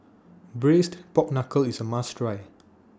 Braised Pork Knuckle IS A must Try